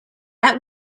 that